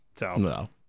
No